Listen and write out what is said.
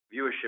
viewership